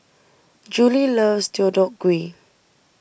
Juli loves Deodeok Gui